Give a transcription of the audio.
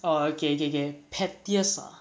oh okay okay okay pettiest ah